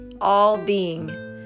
All-Being